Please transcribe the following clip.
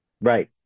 right